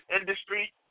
industry